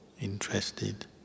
interested